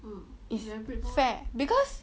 it's fair because